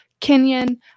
Kenyan